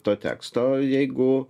to teksto jeigu